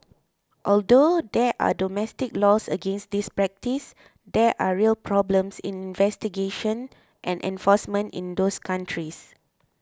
although there are domestic laws against this practice there are real problems in investigation and enforcement in those countries